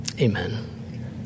amen